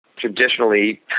traditionally